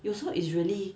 you also is really